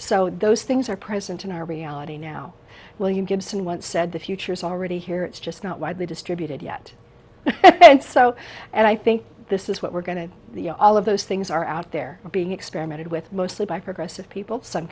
so those things are present in our reality now william gibson once said the future is already here it's just not widely distributed yet and so and i think this is what we're going to all of those things are out there being experimented with mostly by progressive people some